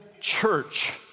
church